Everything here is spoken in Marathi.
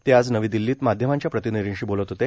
ते आज नवी दिल्लीत माध्यमांच्या प्रतिनिधींशी बोलत होते